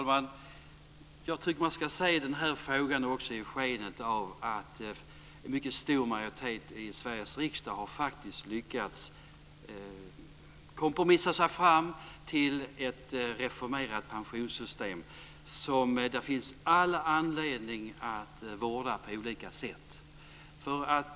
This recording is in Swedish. Fru talman! Jag tycker att man ska se frågan i skenet av att en stor majoritet i Sveriges riksdag faktiskt har lyckats kompromissa sig fram till ett reformerat pensionssystem som det finns all anledning att vårda.